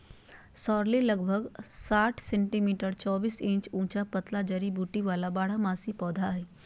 sorrel लगभग साठ centimetre चौबीस इंच ऊंचा पतला जड़ी बूटी वाला बारहमासी पौधा हइ